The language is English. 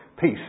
peace